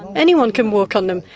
anyone can walk on them.